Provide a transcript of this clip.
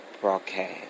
broadcast